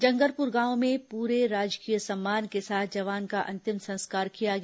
जंगलपुर गांव में पूरे राजकीय सम्मान के साथ जवान का अंतिम संस्कार किया गया